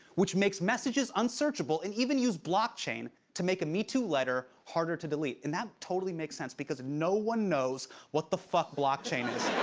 which makes messages unsearchable. it and even used blockchain to make a metoo letter harder to delete, and that totally makes sense because no one knows what the fuck blockchain is.